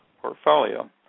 portfolio